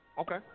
Okay